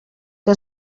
que